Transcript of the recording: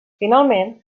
finalment